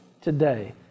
today